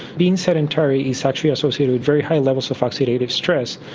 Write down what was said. being sedentary is actually associated with very high levels of oxidative stress,